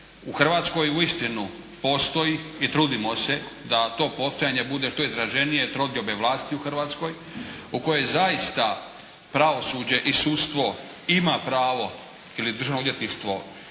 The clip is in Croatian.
U Hrvatskoj uistinu postoji i trudimo se da to postojanje bude što izraženije kod trodiobe vlasti u Hrvatskoj u kojoj zaista pravosuđe i sudstvo ima pravo ili Državno odvjetništvo